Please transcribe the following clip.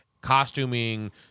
costuming